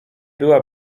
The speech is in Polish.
była